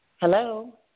Hello